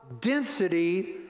density